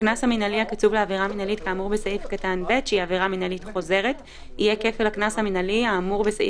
"עבירה מינהלית חוזרת" עבירה מינהלית שעבר אדם בתוך